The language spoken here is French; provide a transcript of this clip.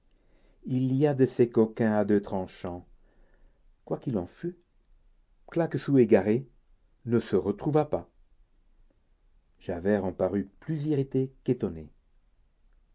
il y a de ces coquins à deux tranchants quoi qu'il en fût claquesous égaré ne se retrouva pas javert en parut plus irrité qu'étonné